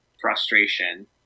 frustration